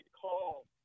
call